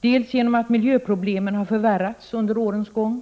dels genom att miljöproblemen under årens lopp har